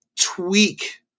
tweak